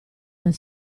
del